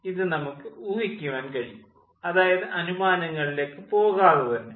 ഇത് നമുക്ക് ഊഹിക്കുവാൻ കഴിയും അതായത് അനുമാനങ്ങളിലേക്ക് പോകാതെ തന്നെ